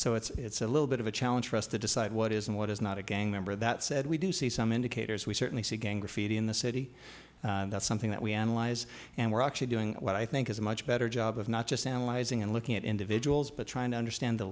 so it's a little bit of a challenge for us to decide what is and what is not a gang member that said we do see some indicators we certainly see gang graffiti in the city that's something that we analyze and we're actually doing what i think is a much better job of not just analyzing and looking at individuals but trying to understand the